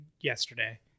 yesterday